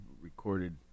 recorded